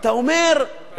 ואתה אומר,